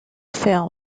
film